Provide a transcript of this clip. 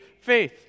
faith